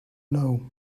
know